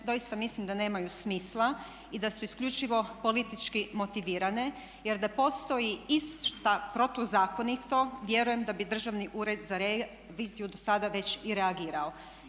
doista mislim da nemaju smisla i da su isključivo politički motivirane, jer da postoji išta protuzakonito vjerujem da bi Državni ured za reviziju do sada već i reagirao.